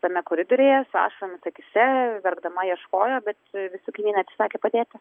tame koridoriuje su ašaromis akyse verkdama ieškojo bet visi kaimynai atsisakė padėti